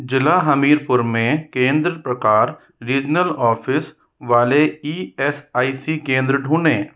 ज़िला हमीरपुर में केंद्र प्रकार रीजनल ऑफ़िस वाले ई एस आई सी केंद्र ढूंढें